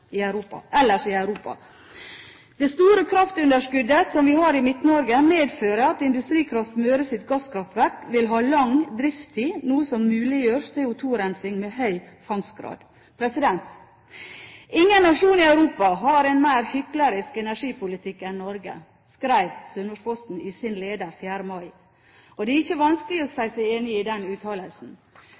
i Europa. Det store kraftunderskuddet som vi har i Midt-Norge, medfører at Industrikraft Møres gasskraftverk vil ha lang driftstid, noe som muliggjør CO2-rensing med høy fangstgrad. «Ingen nasjon i Europa har ein meir hyklersk energipolitikk enn Norge», skrev Sunnmørsposten i sin leder 5. mai. Det er ikke vanskelig å si seg enig i den uttalelsen.